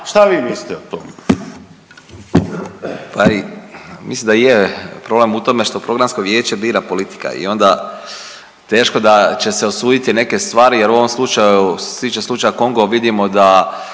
suverenisti)** Mislim da je problem u tom što Programsko vijeće bira politika i onda teško da će se usuditi neke stvari jer u ovom slučaju što se tiče slučaja Kongo vidimo da